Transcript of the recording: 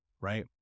right